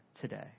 today